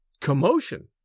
Commotion